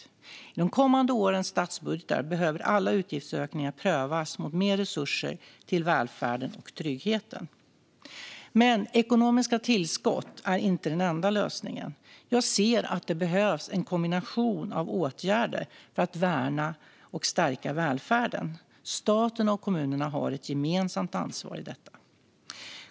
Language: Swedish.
I de kommande årens statsbudgetar behöver alla utgiftsökningar prövas mot mer resurser till välfärden och tryggheten. Men ekonomiska tillskott är inte den enda lösningen. Jag ser att det behövs en kombination av åtgärder för att värna och stärka välfärden. Staten och kommunerna har ett gemensamt ansvar i detta.